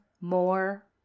more